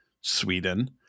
Sweden